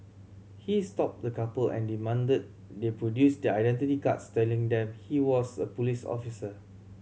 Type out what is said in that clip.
he stopped the couple and demanded they produce their identity cards telling them he was a police officer